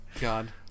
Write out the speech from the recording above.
god